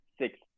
six